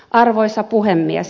arvoisa puhemies